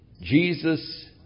Jesus